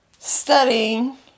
Studying